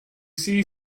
see